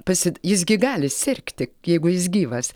pasi jis gi gali sirgti jeigu jis gyvas